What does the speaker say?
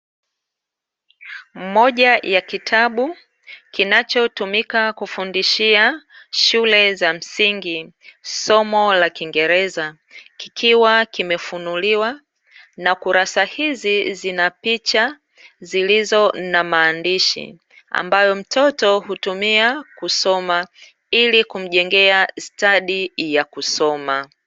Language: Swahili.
Moja ya kitabu kinachotumika kufundishia shule za msingi somo la kiingereza, kikiwa kimefunuliwa na kurasa hizi zina picha zilizo na maandishi ambayo mtoto hutumia kusoma ili kumjengea stadi ya kusoma.